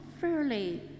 fairly